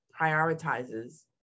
prioritizes